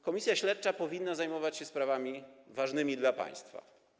Komisja śledcza powinna zajmować się sprawami ważnymi dla państwa.